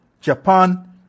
Japan